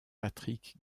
patrick